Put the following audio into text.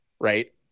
right